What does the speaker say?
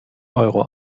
euro